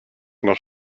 noch